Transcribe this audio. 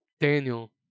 daniel